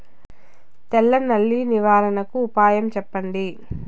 తెల్ల నల్లి నివారణకు ఉపాయం చెప్పండి?